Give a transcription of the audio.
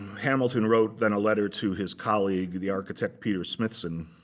hamilton wrote then a letter to his colleague, the architect peter smithson,